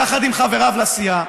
יחד עם חבריו לסיעה?